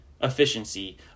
efficiency